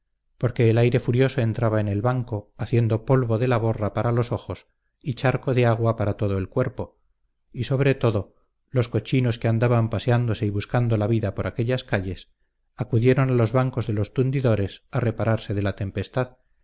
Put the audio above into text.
porque el aire furioso entraba en el banco haciendo polvo de la borra para los ojos y charco de agua para todo el cuerpo y sobre todo los cochinos que andaban paseándose y buscando la vida por aquellas calles acudieron a los bancos de los tundidores a repararse de la tempestad